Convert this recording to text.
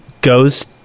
goes